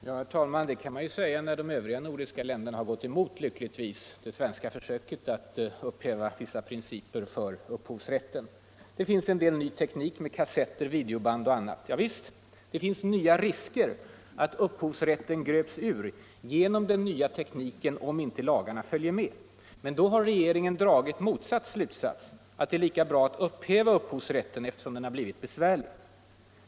Herr talman! Det här sista kan man ju säga när de övriga nordiska länderna, lyckligtvis, har gått emot det svenska försöket att upphäva avgörande principer om upphovsrätten. Det finns en del ny teknik med kassetter, videoband och annat; det är riktigt. Det finns också nya risker för att upphovsrätten gröps ur genom den nya tekniken, om inte lagarna följer med i utvecklingen. Men då har regeringen dragit motsatt slutsats: att det är lika bra att upphäva upphovsrätten, eftersom den har blivit besvärlig.